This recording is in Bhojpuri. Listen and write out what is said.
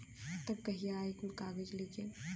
तब कहिया आई कुल कागज़ लेके?